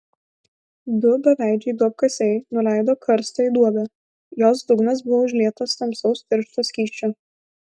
du beveidžiai duobkasiai nuleido karstą į duobę jos dugnas buvo užlietas tamsaus tiršto skysčio